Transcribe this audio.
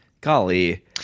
Golly